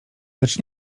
lecz